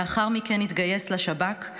לאחר מכן התגייס לשב"כ,